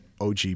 OG